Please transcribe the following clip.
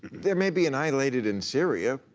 they may be annihilated in syria,